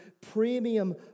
premium